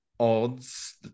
odds